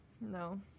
no